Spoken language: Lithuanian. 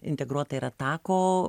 integruota yra tako